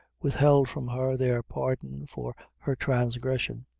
withheld from her their pardon for her transgression,